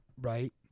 Right